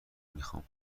میخوام